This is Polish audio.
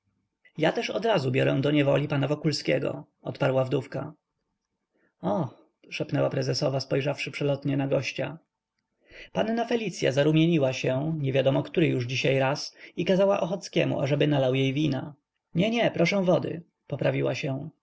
ja też odrazu biorę do niewoli pana wokulskiego odparła wdówka och szepnęła prezesowa spojrzawszy przelotnie na gościa panna felicya zarumieniła się niewiadomo który już raz dzisiaj i kazała ochockiemu ażeby nalał jej wina nie nie proszę wody poprawiła się